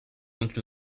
inclut